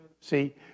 See